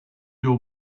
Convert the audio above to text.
your